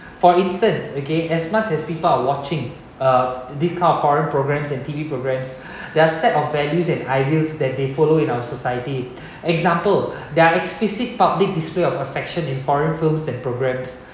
for instance okay as much as people are watching uh this kind of foreign programmes and T_V programs there are set of values and ideals that they follow in our society example their explicit public display of affection in foreign films and programmes